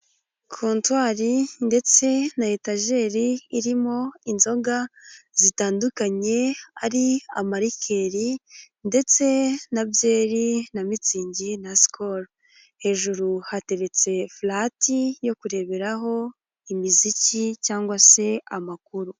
Kontwari ndetse na etajeri irimo inzoga zitandukanye ari amarikeri ndetse na byeri na mitsinzi na sikoro, hejuru hateretse furati yo kureberaho imiziki cyangwa se amakuru.